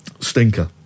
stinker